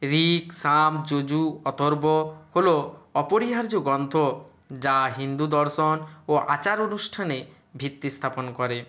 ঋক সাম যজু অথর্ব হলো অপরিহার্য গ্রন্থ যা হিন্দু দর্শন ও আচার অনুষ্ঠানে ভিত্তি স্থাপন করে